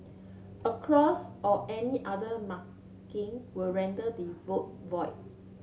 a cross or any other marking will render the vote void